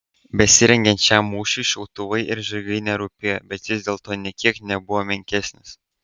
besirengiant šiam mūšiui šautuvai ir žirgai nerūpėjo bet jis dėl to nė kiek nebuvo menkesnis